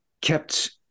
kept